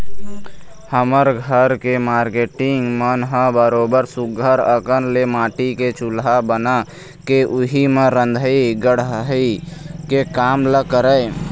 हमर घर के मारकेटिंग मन ह बरोबर सुग्घर अंकन ले माटी के चूल्हा बना के उही म रंधई गड़हई के काम ल करय